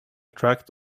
tract